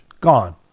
gone